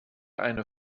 eine